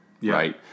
Right